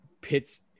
pits